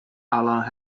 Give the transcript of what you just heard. allah